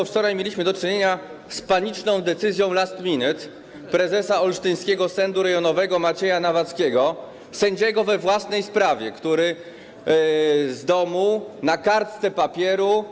Wczoraj mieliśmy do czynienia z paniczną decyzją last minute prezesa olsztyńskiego sądu rejonowego Macieja Nawackiego, sędziego we własnej sprawie, który w domu na kartce papieru napisał.